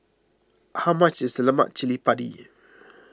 how much is Lemak Cili Padi